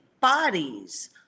bodies